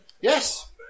Yes